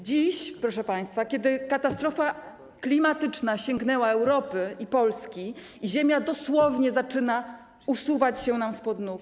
Dziś, proszę państwa, kiedy katastrofa klimatyczna sięgnęła Europy i Polski, ziemia dosłownie zaczyna usuwać się nam spod nóg.